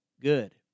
good